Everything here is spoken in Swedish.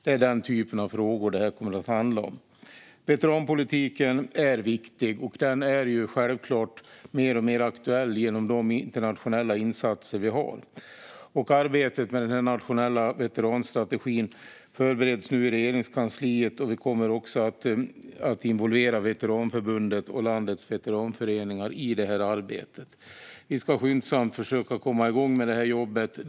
Det är den typen av frågor det kommer att handla om. Veteranpolitiken är viktig, och den är självklart mer och mer aktuell genom de internationella insatser vi har. Arbetet med den nationella veteranstrategin förbereds nu i Regeringskansliet. Vi kommer också att involvera Veteranförbundet och landets veteranföreningar i det arbetet. Vi ska skyndsamt försöka komma igång med detta jobb.